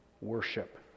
worship